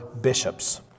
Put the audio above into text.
bishops